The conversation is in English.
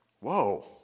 Whoa